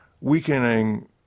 weakening